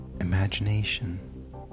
imagination